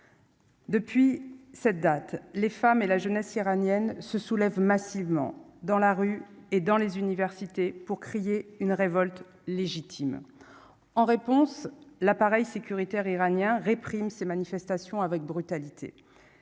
Depuis cette date, les femmes et la jeunesse iranienne se soulève massivement dans la rue et dans les universités pour crier une révolte légitime en réponse l'appareil sécuritaire iranien réprime ces manifestations avec brutalité,